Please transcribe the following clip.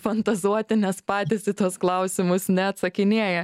fantazuoti nes patys į tuos klausimus neatsakinėja